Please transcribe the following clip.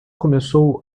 começou